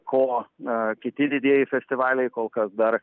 ko na kiti didieji festivaliai kol kas dar